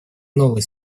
новое